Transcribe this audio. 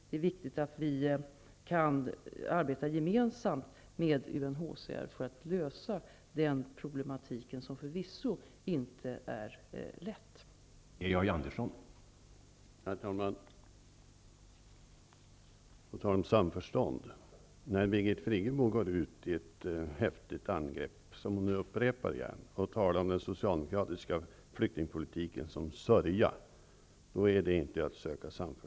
Det är viktigt att vi kan arbeta tillsammans med UNHCR för att lösa de problem som förvisso inte är lätta att lösa.